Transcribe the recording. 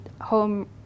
home